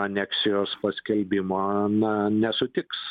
aneksijos paskelbimo na nesutiks